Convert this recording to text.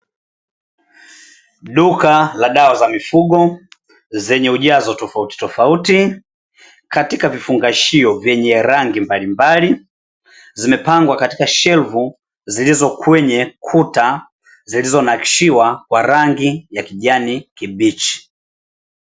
Duka la dawa za mifugo zenye ujazo tofautitofauti katika vifungashio vyenye rangi mbalimbali, zimepangwa katika shelfu zilizo kwenye kuta zilizonakishiwa kwa rangi ya kijani kibichi.